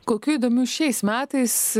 kokių įdomių šiais metais